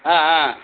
ஆ ஆ